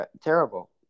terrible